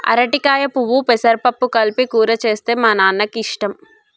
అరటికాయ పువ్వు పెసరపప్పు కలిపి కూర చేస్తే మా నాన్నకి ఇష్టం